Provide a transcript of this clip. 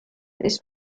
this